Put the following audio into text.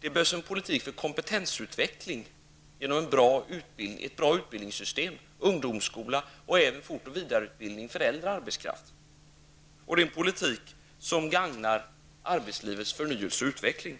Det behövs en politik för kompetensutveckling genom ett bra utbildningssystem -- ungdomsskola och även fortoch vidareutbildning för äldre arbetskraft. Och det är en politik som gagnar arbetslivets förnyelse och utveckling.